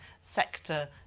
sector